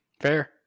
Fair